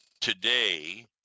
Today